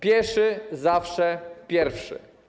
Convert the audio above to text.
Pieszy zawsze pierwszy.